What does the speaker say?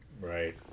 Right